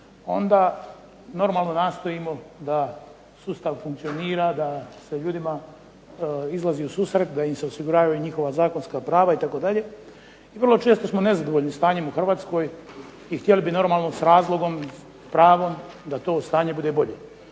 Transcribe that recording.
onda normalno nastojimo da sustav funkcionira, da se ljudima izlazi u susret, da im se osiguravaju njihova zakonska prava itd., i vrlo često smo nezadovoljni stanjem u Hrvatskoj i htjeli bi normalno s razlogom, s pravom da to stanje bude bolje.